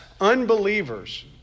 unbelievers